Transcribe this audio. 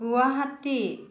Guwahati